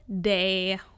day